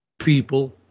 people